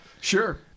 sure